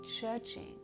judging